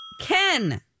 Ken